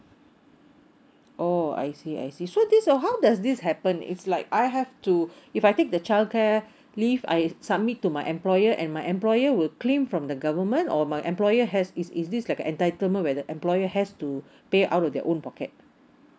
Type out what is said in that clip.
oh I see I see so this uh how does this happen it's like I have to if I take the childcare leave I submit to my employer and my employer will claim from the government or my employer has is is this like the entitlement where the employer has to pay out of their own pocket